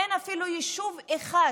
אין אפילו יישוב אחד